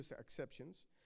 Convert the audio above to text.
exceptions